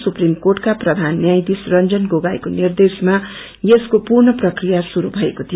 supreme कोअका प्राान न्यायाधीश रंजन गोगोईको निर्देशमा यसको पूर्ण प्रक्रिया शुरू भएको थियो